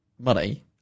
money